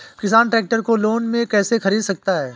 किसान ट्रैक्टर को लोन में कैसे ख़रीद सकता है?